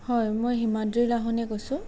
হয় মই হিমাদ্ৰী লাহনে কৈছোঁ